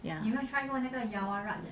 ya